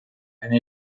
viene